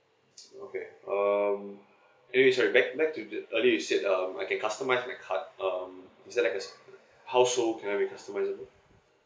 oh okay um eh eh sorry back back to the you said um I can customise my card um is there like a household can I recustomise it